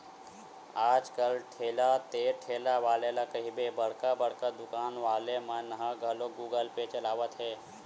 आज कल ठेला ते ठेला वाले ला कहिबे बड़का बड़का दुकान वाले मन ह घलोक गुगल पे चलावत हे